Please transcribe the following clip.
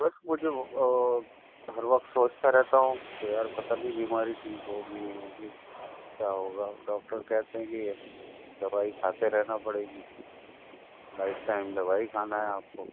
بس مجھے ہر وقت سوچتا رہتا ہوں کہ یار پتہ نہیں بیماری ٹھیک ہوگی نہیں ہوگی کیا ہوگا ڈاکٹر کہتے ہیں کہ دوائی کھاتے رہنا پڑے گی لائف ٹائم دوائی کھانا ہے آپ کو